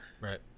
right